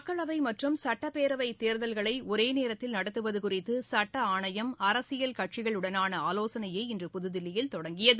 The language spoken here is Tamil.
மக்களவை மற்றும் சுட்டப்பேரவை தேர்தல்களை ஒரே நேரத்தில் நடத்துவது குறித்து சுட்ட ஆணையம் அரசியல் கட்சிகளுடனான ஆலோசனையை இன்று புதுதில்லியில் தொடங்கியது